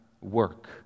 work